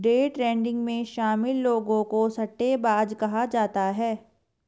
day trading में शामिल लोगों को सट्टेबाज कहा जाता है